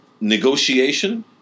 negotiation